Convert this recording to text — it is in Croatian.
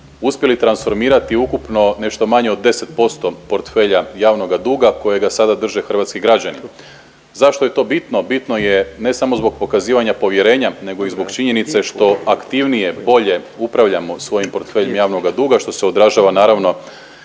uspjeli transformirati ukupno nešto manje od 10% portfelja javnoga duga kojega sada drže hrvatski građani. Zašto je to bitno? Bitno je ne samo zbog pokazivanja povjerenja nego i zbog činjenice što aktivnije, bolje upravljamo svojim portfeljem javnoga duga, što se odražava, naravno